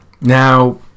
Now